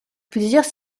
plusieurs